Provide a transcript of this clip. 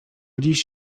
dziś